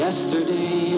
Yesterday